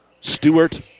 Stewart